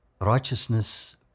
righteousness